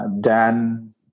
Dan